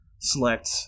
select